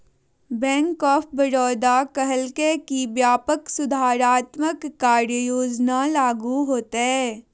bank of Baroda कहलकय कि व्यापक सुधारात्मक कार्य योजना लागू होतय